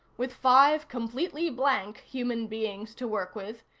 with five completely blank human beings to work with,